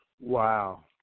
Wow